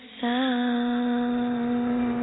sound